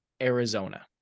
Arizona